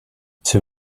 too